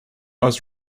was